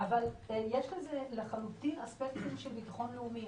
אבל יש לזה לחלוטין אספקטים של ביטחון לאומי,